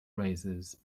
razors